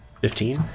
Fifteen